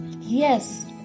Yes